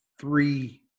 three